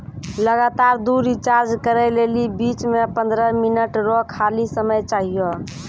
लगातार दु रिचार्ज करै लेली बीच मे पंद्रह मिनट रो खाली समय चाहियो